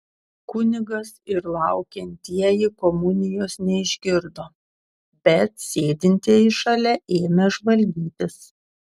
kunigas ir laukiantieji komunijos neišgirdo bet sėdintieji šalia ėmė žvalgytis